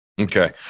Okay